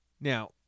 Now